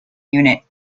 unit